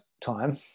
time